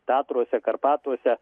tatruose karpatuose